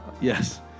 Yes